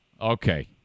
Okay